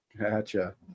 Gotcha